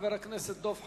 חבר הכנסת דב חנין.